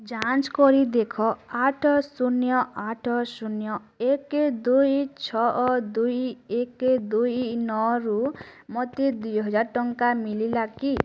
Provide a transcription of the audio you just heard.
ଯାଞ୍ଚ କରି ଦେଖ ଆଠ ଶୂନ୍ ଆଠ ଶୂନ୍ ଏକ ଦୁଇ ଛଅ ଦୁଇ ଏକ ଦୁଇ ନଅରୁ ମୋତେ ଦୁଇହଜାର ଟଙ୍କା ମିଳିଳା କି